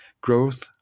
Growth